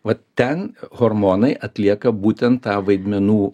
vat ten hormonai atlieka būtent tą vaidmenų